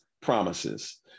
promises